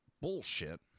bullshit